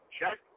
Check